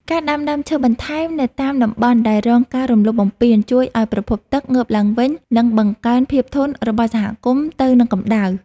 ការដាំដើមឈើបន្ថែមនៅតាមតំបន់ដែលរងការរំលោភបំពានជួយឱ្យប្រភពទឹកងើបឡើងវិញ និងបង្កើនភាពធន់របស់សហគមន៍ទៅនឹងកម្តៅ។